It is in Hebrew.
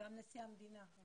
גם נשיא המדינה.